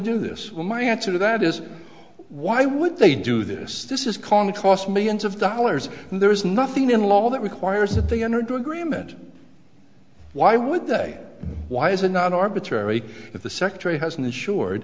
do this well my answer to that is why would they do this this is common cost millions of dollars and there is nothing in law that requires that they enter into agreement why would they why is it not arbitrary that the secretary has ensured